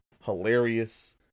hilarious